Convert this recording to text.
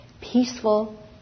peaceful